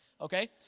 okay